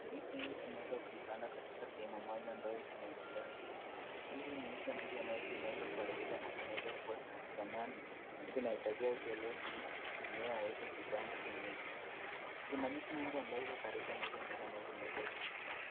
Ndizi hizi zimeweza kuipandwa katika sehemu moja ambayo zinaendelea kuiva. Ndizi hizi ni ndizi ambazo zimeweza kuharibika na zinaweza kuwa za zamani zinahitajika kutolewa ili mwenyewe aweze kupanda zingine. Kuna miti mingi ambayo iko karibu na hizo ndizi ambazo zimeweza kuipandwa.